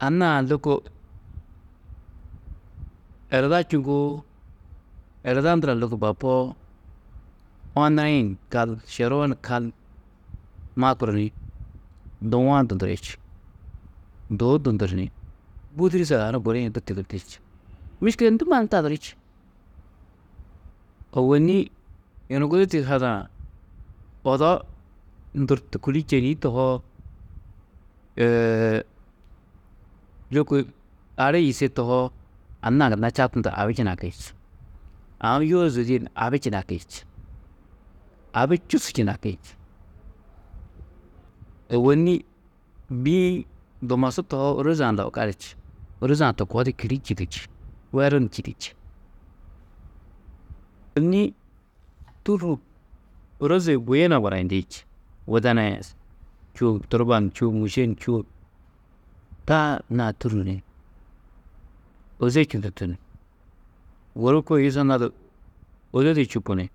Anna-ã lôko ereda čûuŋgoo, ereda ndura lôko bapoo, onuri-ĩ ni kal šeroo ni kal makuru ni duu-ã dunduri či, duu dunduru ni budurî sagahunu gudi-ĩ du tigirdi či, miškile ndû mannu tadurú či, ôwonni yunu gudi tuyuhadã odo ndur tûkuli čêniĩ tohoo, lôko arii yîsie tohoo anna-ã gunna čabtundu abi činaki či, aũ yûo di zodîe abi činaki či, abi čûsu činaki či, ôwonni bî-ĩ dumosu tohoo ôroze-ã lau gali či, ôroze-ã to koo di kîri čîdú či, weru ni čîdú či. Ôwonni tûrru ôroze buyuna barayindi či, widenaa yê turbaa ni čûo, mûše ni čûo, taa anna-ã tûrru ni ôze čûdutu ni guru kôe yusonna du ôde du čupu ni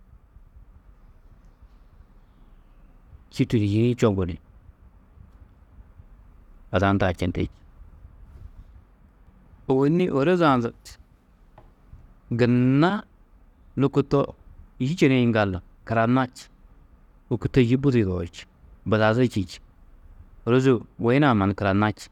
čîtu ni yîni-ĩ čoŋgu ni ada hundã ha čendi, ôwonni ôroze-ã du gunna lôko to yî čenĩ yiŋgaldu kuranna či. Wôku to yî budi yudoi, budazi čî či, ôroze buyuna-ã mannu kuranna či.